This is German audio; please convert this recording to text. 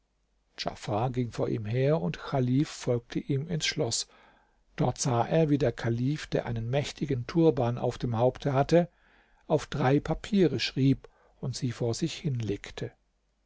djafar ging vor ihm her und chalif folgte ihm ins schloß dort sah er wie der kalif der einen mächtigen turban auf dem haupt hatte auf drei papiere schrieb und sie vor sich hinlegte